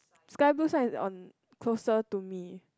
sky blue sign is on closer to me